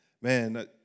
Man